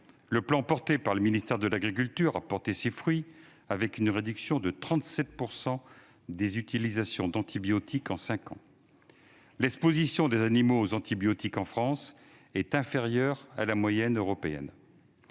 le plan porté par le ministère de l'agriculture et de l'alimentation a porté ses fruits, avec une réduction de 37 % des utilisations d'antibiotiques en cinq ans. L'exposition des animaux aux antibiotiques, en France, est inférieure à la moyenne européenne.